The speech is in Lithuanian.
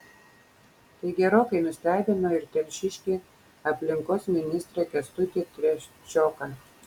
tai gerokai nustebino ir telšiškį aplinkos ministrą kęstutį trečioką